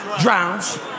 drowns